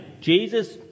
Jesus